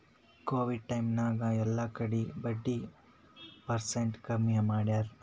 Covid time ನಾಗ್ ಎಲ್ಲಾ ಕಡಿ ಬಡ್ಡಿ ಪರ್ಸೆಂಟ್ ಕಮ್ಮಿ ಮಾಡ್ಯಾರ್